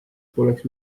poleks